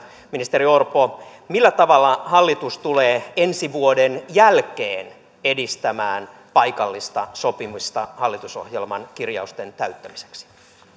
ministeri orpo millä tavalla hallitus tulee ensi vuoden jälkeen edistämään paikallista sopimista hallitusohjelman kirjausten täyttämiseksi